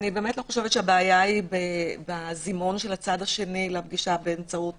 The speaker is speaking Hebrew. אני לא חושבת שהבעיה היא בזימון הצד השני לפגישה באמצעות